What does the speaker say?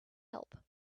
help